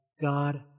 God